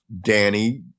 Danny